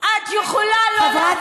את יכולה לא להסכים לדעות של חברת